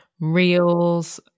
reels